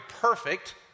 perfect